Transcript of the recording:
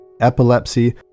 epilepsy